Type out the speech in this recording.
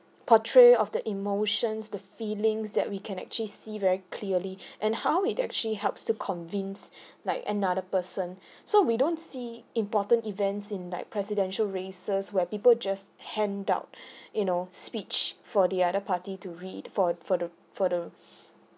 portray of the emotions the feelings that we can actually see very clearly and how it actually helps to convince like another person so we don't see important events in like presidential races where people just handout you know speech for the other party to read for for the for the